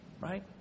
right